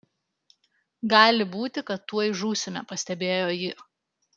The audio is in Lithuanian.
gali būti kad tuoj žūsime pastebėjo ji